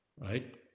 right